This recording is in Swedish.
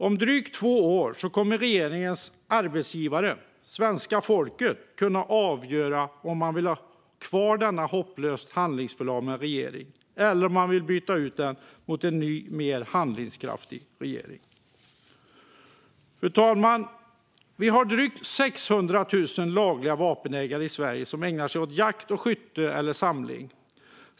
Om drygt två år kommer regeringens arbetsgivare, svenska folket, att kunna avgöra om man vill ha kvar denna hopplöst handlingsförlamade regering eller om man vill byta ut den mot en ny, mer handlingskraftig regering. Fru talman! Vi har i Sverige drygt 600 000 lagliga vapenägare som ägnar sig åt jakt, skytte eller samling.